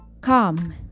Come